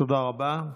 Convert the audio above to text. תודה רבה.